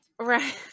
Right